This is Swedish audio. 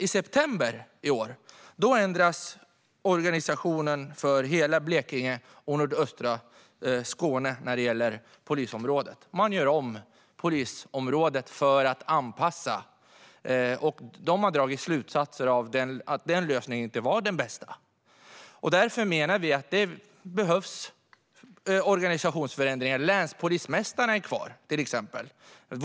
I september i år ändras organisationen för hela Blekinge och nordöstra Skåne när det gäller polisområdet - man gör om polisområdet för att anpassa det hela. Man har dragit slutsatsen att denna lösning inte var den bästa. Därför menar vi att det behövs organisationsförändringar. Länspolismästarna är till exempel kvar.